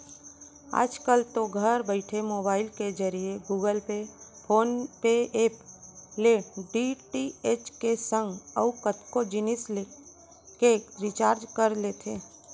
आजकल तो घर बइठे मोबईल के जरिए गुगल पे, फोन पे ऐप ले डी.टी.एच के संग अउ कतको जिनिस के रिचार्ज कर लेथे